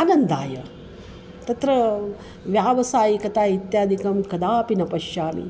आनन्दाय तत्र व्यावसायिकता इत्यादिकं कदापि न पश्यामि